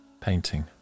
Painting